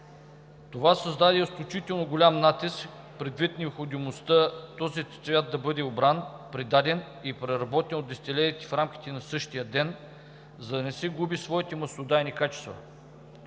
Това създаде изключително голям натиск предвид необходимостта този цвят да бъде обран, предаден и преработен от дестилериите в рамките на същия ден, за да не си губи своите маслодайни качества.